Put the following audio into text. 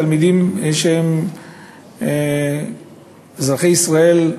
תלמידים שהם אזרחי ישראל,